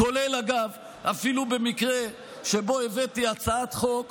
כולל אגב אפילו במקרה שבו הבאתי הצעת חוק